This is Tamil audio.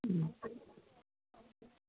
ம்